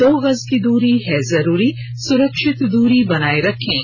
दो गज की दूरी है जरूरी सुरक्षित दूरी बनाए रखें